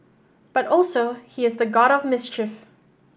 but also he is the god of mischief